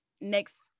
next